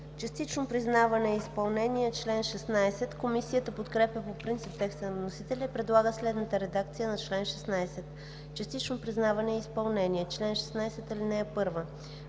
„Частично признаване и изпълнение“ – чл. 16. Комисията подкрепя по принцип текста на вносителя и предлага следната редакция на чл. 16: „Частично признаване и изпълнение Чл. 16. (1) Въпреки